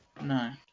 no